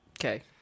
Okay